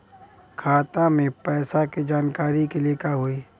खाता मे पैसा के जानकारी के लिए का होई?